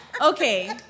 okay